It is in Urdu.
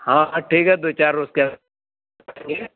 ہاں ٹھیک ہے دو چار روز کے آئیں گے